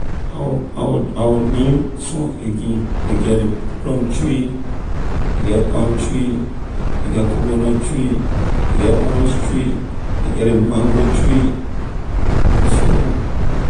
I’ll i’ll i’ll name some again ley get ley plum tree ley get palm tree ley get coconut tree ley get orange tree ley get ley mango tree and so on.